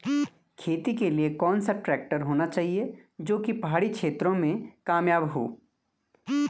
खेती के लिए कौन सा ट्रैक्टर होना चाहिए जो की पहाड़ी क्षेत्रों में कामयाब हो?